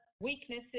weaknesses